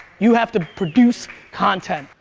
you have to produce content.